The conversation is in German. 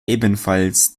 ebenfalls